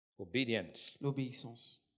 Obedience